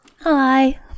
Hi